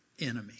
enemy